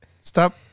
stop